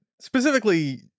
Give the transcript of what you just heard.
specifically